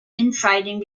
infighting